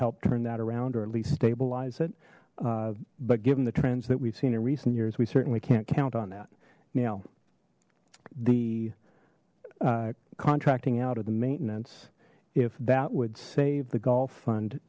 help turn that around or at least stabilize it but given the trends that we've seen in recent years we certainly can't count on that now the contracting out of the maintenance if that would save the gulf fund